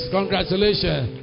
Congratulations